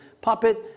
puppet